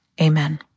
Amen